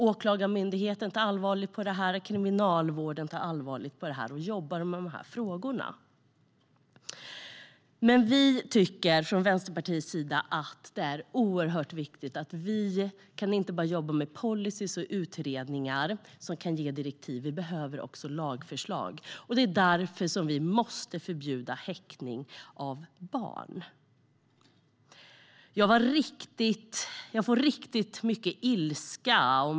Åklagarmyndigheten och Kriminalvården tar allvarligt på det här och jobbar med de här frågorna. Vi tycker från Vänsterpartiets sida att det är oerhört viktigt att vi inte bara jobbar med policyer och utredningar som kan ge direktiv, utan vi behöver också lagförslag. Det är därför som vi måste förbjuda häktning av barn. Jag får riktigt mycket ilska.